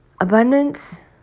abundance